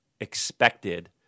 expected